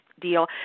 deal